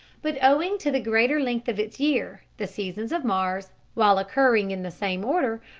but owing to the greater length of its year, the seasons of mars, while occurring in the same order,